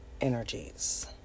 energies